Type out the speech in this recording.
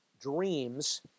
dreams